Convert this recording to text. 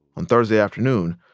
on thursday afternoon,